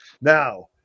now